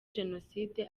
jenoside